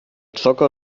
jogger